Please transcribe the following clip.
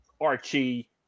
Archie